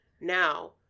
Now